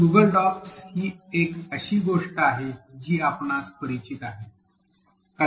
तर Google Docs ही अशी एक गोष्ट आहे जी आपणस परिचित आहे